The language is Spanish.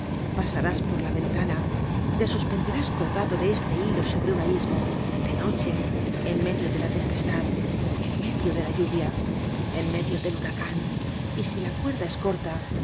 pasarás por la ventana te suspenderás colgado de este hilo sobre un abismo de noche en medio de la tempestad en medio de la lluvia en medio del huracan y si la cuerda es corta